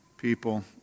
People